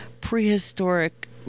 prehistoric